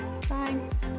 Thanks